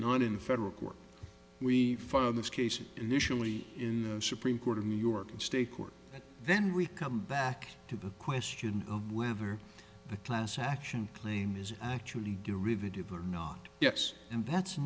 not in federal court we follow those cases initially in the supreme court of new york state court then we come back to the question of whether a class action claim is actually derivative or not yes and that's